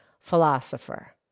philosopher